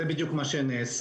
זה בדיוק מה שנעשה.